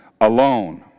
alone